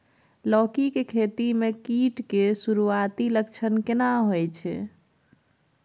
लौकी के खेती मे कीट के सुरूआती लक्षण केना होय छै?